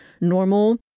normal